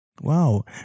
Wow